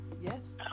yes